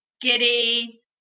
giddy